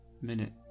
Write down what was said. minute